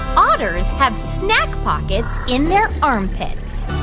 otters have snack pockets in their armpits?